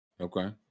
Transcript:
Okay